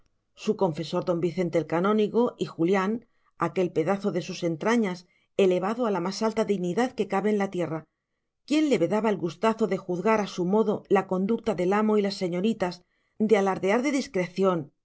su confesor don vicente el canónigo y julián aquel pedazo de sus entrañas elevado a la más alta dignidad que cabe en la tierra quién le vedaba el gustazo de juzgar a su modo la conducta del amo y las señoritas de alardear de discreción